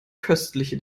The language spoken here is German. köstliche